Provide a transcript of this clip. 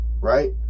Right